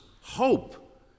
hope